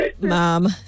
Mom